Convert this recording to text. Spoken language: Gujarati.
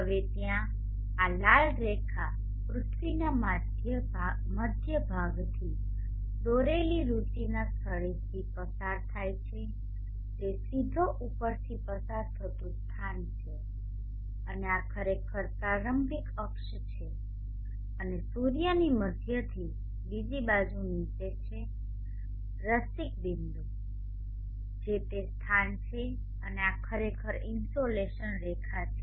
હવે ત્યાં આ લાલ રેખા પૃથ્વીના મધ્યભાગથી દોરેલી રુચિના સ્થળેથી પસાર થાય છે જે સીધો ઉપરથી પસાર થતું સ્થાન છે અને આ ખરેખર આ પ્રારંભિક અક્ષ છે અને સૂર્યની મધ્યથી બીજી બાજુ નીચે છે રસિક બિંદુ જે તે સ્થાન છે અને આ ખરેખર ઇન્સોલેસન રેખા છે